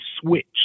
switch